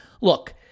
look